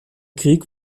krieg